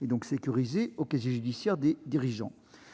et donc sécurisé au casier judiciaire des dirigeants.